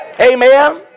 amen